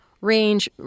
range